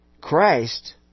Christ